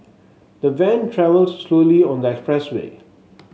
the van travelled slowly on the expressway